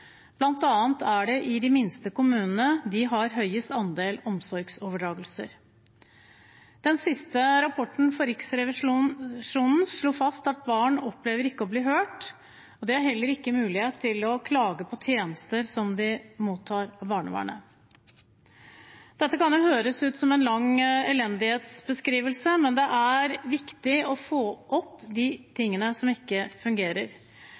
er det i de minste kommunene de har høyest andel omsorgsoverdragelser. Den siste rapporten fra Riksrevisjonen slo fast at barn opplever ikke å bli hørt, og de har heller ikke mulighet til å klage på tjenester som de mottar fra barnevernet. Dette kan høres ut som en lang elendighetsbeskrivelse, men det er viktig å få fram de tingene som ikke fungerer,